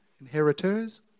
Inheritors